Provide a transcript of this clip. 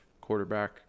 quarterback